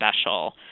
special